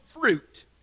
fruit